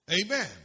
Amen